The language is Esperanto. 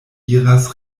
iras